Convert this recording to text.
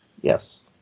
Yes